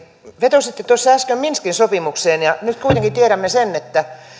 vetositte äsken minskin sopimukseen ja nyt kuitenkin tiedämme sen että